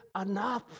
enough